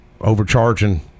overcharging